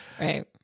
Right